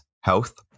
health